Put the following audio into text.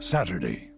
Saturday